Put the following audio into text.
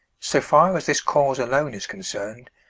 so far as this cause alone is concerned,